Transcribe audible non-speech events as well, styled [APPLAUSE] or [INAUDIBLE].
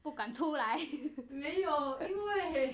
不敢出来 [LAUGHS]